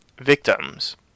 victims